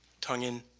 tongue in,